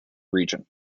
region